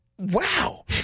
wow